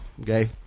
okay